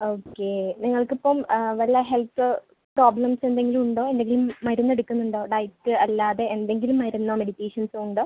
okay നിങ്ങൾക്കിപ്പം വല്ല health problems എന്തെങ്കിലും ഉണ്ടോ അല്ലെങ്കിൽ മരുന്നെടുക്കുന്നുണ്ടോ ഡയറ്റ് അല്ലാതെ എന്തെങ്കിലും മരുന്നോ മെഡിറ്റേഷൻസോ ഉണ്ടോ